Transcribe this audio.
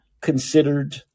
considered